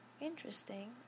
interesting